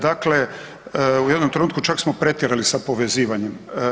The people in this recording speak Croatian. Dakle, u jednom trenutku čak smo pretjerali sa povezivanjem.